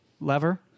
lever